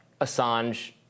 Assange